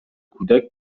کودک